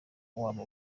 waba